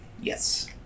Yes